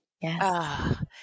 Yes